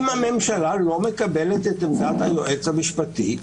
אם הממשלה לא מקבלת את עמדת היועץ המשפטי,